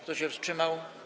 Kto się wstrzymał?